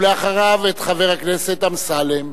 ואחריו, את חבר הכנסת אמסלם.